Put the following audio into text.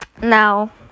Now